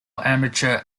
amateur